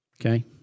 Okay